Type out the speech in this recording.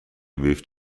moved